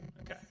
Okay